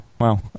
Wow